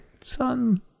Son